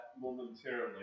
momentarily